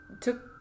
took